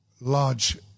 large